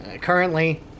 currently